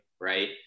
right